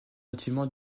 bâtiments